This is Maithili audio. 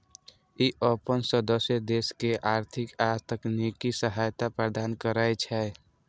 ई अपन सदस्य देश के आर्थिक आ तकनीकी सहायता प्रदान करै छै